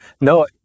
no